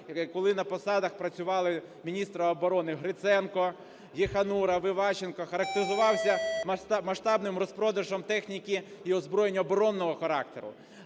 коли на посадах працювали міністри оборони Гриценко, Єхануров, Іващенко, характеризувався масштабним розпродажем техніки і озброєння оборонного характеру.